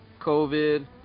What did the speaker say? COVID